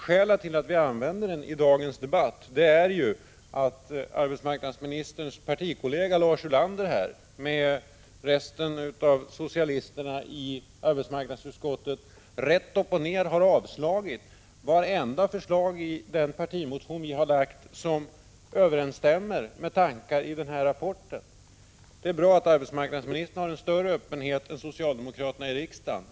Skälet till att jag använder den i dagens debatt är att arbetsmarknadsministerns partikollega Lars Ulander tillsammans med resten av socialisterna i arbetsmarknadsutskottet rätt upp och ned har avstyrkt vartenda förslag i den partimotion vi har väckt som överensstämmer med tankar i rapporten. Det är bra att arbetsmarknadsministern har en större öppenhet än socialdemokraterna i riksdagen.